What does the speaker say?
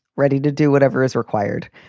ready to do whatever is required.